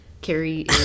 Carrie